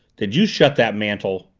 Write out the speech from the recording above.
did you shut that mantel?